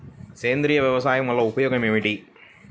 సేంద్రీయ వ్యవసాయం వల్ల ఉపయోగం ఏమిటి?